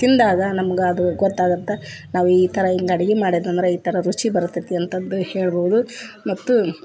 ತಿಂದಾಗ ನಮ್ಗೆ ಅದು ಗೊತ್ತಾಗುತ್ತೆ ನಾವು ಈ ಥರ ಹೀಗ್ ಅಡುಗೆ ಮಾಡಿದಂದ್ರೆ ಈ ಥರ ರುಚಿ ಬರುತದೆ ಅಂತಂದು ಹೇಳ್ಬೋದು ಮತ್ತು